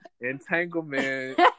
Entanglement